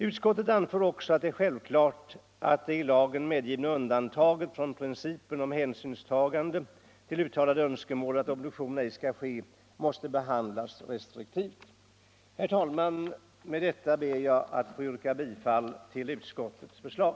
Utskottet anför också att det är självklart att det i lagen medgivna undantaget från principen om hänsynstagande till uttalade önskemål att obduktion ej skall ske måste behandlas restriktivt. Herr talman! Med detta ber jag att få yrka bifall till utskottets förslag.